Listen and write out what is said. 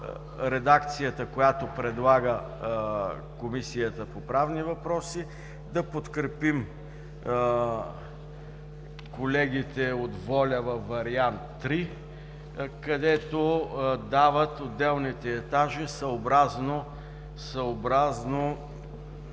редакцията, която предлага Комисията по правни въпроси, да подкрепим варианта на колегите от „Воля“, където дават отделните етажи съобразно